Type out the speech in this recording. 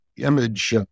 image